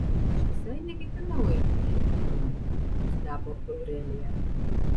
bet aš visai neketinau eiti į kirpyklą nustebo aurelija